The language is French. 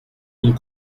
une